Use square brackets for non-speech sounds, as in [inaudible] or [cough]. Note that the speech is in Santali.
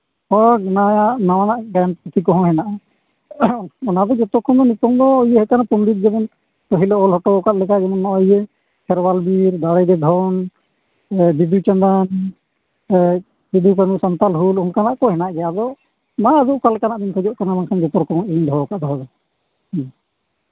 ᱦᱳᱭ [unintelligible] ᱱᱟᱣᱟᱱᱟᱜ ᱜᱟᱭᱟᱱ ᱯᱩᱛᱷᱤᱠᱚᱦᱚᱸ ᱢᱮᱱᱟᱜᱼᱟ ᱚᱱᱟᱫᱚ ᱡᱚᱛᱚᱠᱷᱚᱱᱫᱚ ᱱᱤᱛᱚᱝᱫᱚ ᱤᱭᱟᱹ ᱟᱠᱟᱱᱟ ᱯᱚᱸᱰᱮᱛ ᱡᱮᱢᱚᱱ ᱯᱟᱹᱦᱤᱞᱮ ᱚᱞᱦᱚᱴᱚ ᱟᱠᱟᱫ ᱞᱮᱠᱟᱜᱮ ᱚᱱᱟ ᱤᱭᱟᱹ ᱠᱮᱨᱣᱟᱞ ᱵᱤᱨ ᱫᱟᱲᱮᱜᱮ ᱫᱷᱚᱱ ᱥᱮ ᱵᱤᱫᱩᱼᱪᱟᱸᱫᱟᱱ ᱥᱮ ᱥᱤᱫᱩᱼᱠᱟᱹᱱᱩ ᱥᱟᱱᱛᱟᱞ ᱦᱩᱞ ᱚᱱᱠᱟᱱᱟᱜᱠᱚ ᱦᱮᱱᱟᱜ ᱜᱮᱭᱟ ᱟᱫᱚ ᱢᱟ ᱟᱫᱚ ᱚᱠᱟᱞᱮᱱᱟᱜᱵᱤᱱ ᱠᱷᱚᱡᱚᱜ ᱠᱟᱱᱟ ᱵᱟᱝᱠᱷᱟᱱ ᱡᱚᱛᱚ ᱨᱚᱠᱚᱢᱟᱜᱮᱧ ᱫᱚᱦᱚᱣ ᱟᱠᱟᱫᱟ ᱫᱚᱦᱚᱫᱚ ᱦᱮᱸ